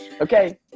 Okay